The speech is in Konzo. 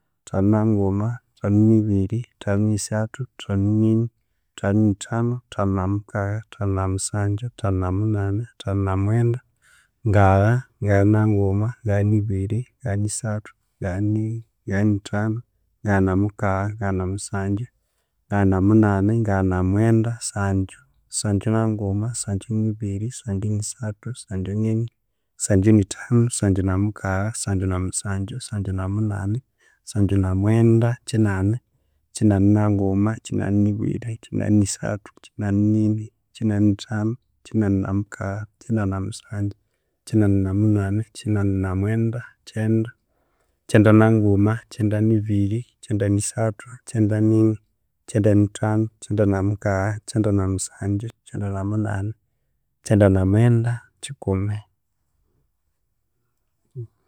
Athanu, thanu na nguma, athanu ni biri, athanu ni sathu, athanu nini, athanu ni thanu, athanu na mukagha, athanu na musangyu, athanu na munani, athanu na mwenda, ngagha na nguma, ngagha ni biri, ngagha ni sathu, ngagha nini, ngagha ni thanu, ngagha na mukagha, ngagha na musangyu, ngagha na munani, ngagha na mwenda, sangyu, sangyu na nguma, sangyu ni biri, sangyu ni sathu, sangyu nini, sangyu ni thanu, sangyu na mukagha, sangyu na musangyu, sangyu na munani, sangyu na mwenda, kinani, kinani na nguma, kinani ni biri, kinani ni thanu, kinani na mukagha, kinani na musangyu, kinani na munani, kinani na mwenda, kyenda, kyenda na nguma, kyenda ni biri, kyenda ni sathu, kyenda nini, kyenda ni thanu, kyenda na mukagha, kyenda na musangyu, kyenda na munani, kyenda na mwenda, kikumi.